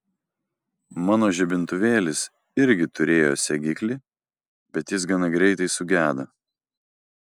mano žibintuvėlis irgi turėjo segiklį bet jis gana greitai sugedo